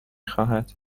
خواهد